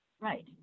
Right